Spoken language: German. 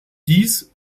dies